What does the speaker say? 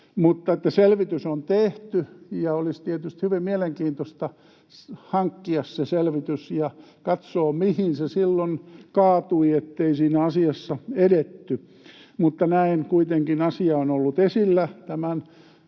Mutta selvitys on tehty, ja olisi tietysti hyvin mielenkiintoista hankkia se selvitys ja katsoa, mihin se silloin kaatui, kun ei siinä asiassa edetty. Mutta kuitenkin asia on ollut esillä tämän